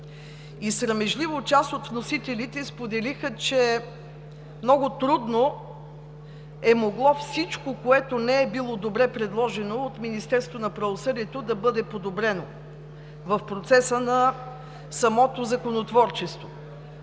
и част от вносителите срамежливо споделиха, че много трудно е могло всичко, което не е било добре предложено от Министерството на правосъдието, да бъде подобрено в процеса на самото законотворчество.